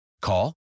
Call